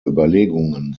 überlegungen